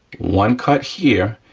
one cut here,